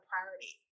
priority